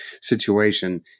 situation